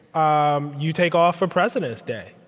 um you take off for president's day,